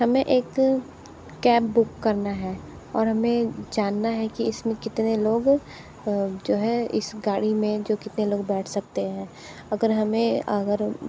हमें एक cab book करना है और हमें जानना है कि इसमें कितने लोग जो है इस गाड़ी में जो कितने लोग बैठ सकते है अगर हमें अगर